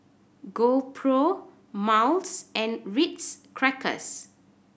GoPro Miles and Ritz Crackers